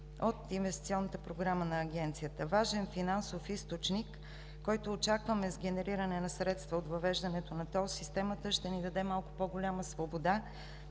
от инвестиционната програма на Агенцията. Важен финансов източник, който очакваме с генериране на средства от въвеждането на тол системата, ще ни даде малко по голяма свобода